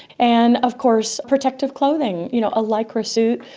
and of course protective clothing, you know a lycra suit,